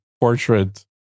portrait